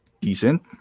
decent